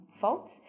faults